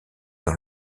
dans